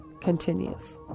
continues